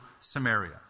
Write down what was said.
Samaria